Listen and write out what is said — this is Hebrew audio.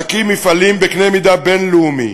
להקים מפעלים בקנה מידה בין-לאומי,